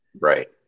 Right